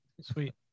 sweet